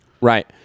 Right